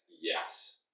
Yes